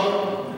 טוב.